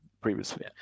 previously